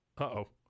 Uh-oh